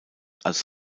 als